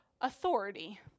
authority